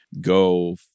go